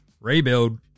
Rebuild